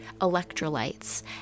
electrolytes